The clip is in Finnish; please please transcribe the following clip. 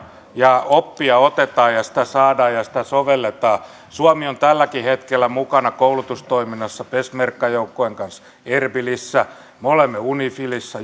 ja oppia otetaan ja sitä saadaan ja sitä sovelletaan suomi on tälläkin hetkellä mukana koulutustoiminnassa peshmerga joukkojen kanssa erbilissä me olemme unifilissä